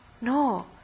No